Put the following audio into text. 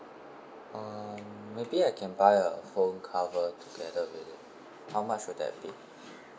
um maybe I can buy a phone cover together with it how much would that be